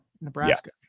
Nebraska